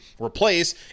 replace